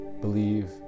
believe